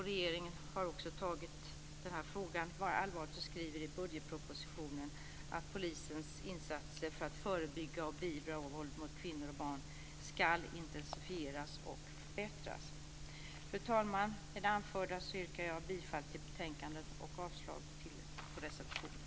Regeringen har också tagit den här frågan allvarligt och skriver i budgetpropositionen att polisens insatser för att förebygga och beivra våld mot kvinnor och barn skall intensifieras och förbättras. Fru talman! Med det anförda yrkar jag bifall till hemställan i betänkande och avslag på reservationerna.